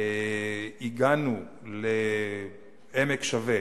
לעמק השווה,